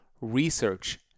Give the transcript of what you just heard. research